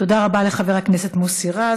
תודה רבה לחבר הכנסת מוסי רז.